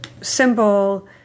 symbol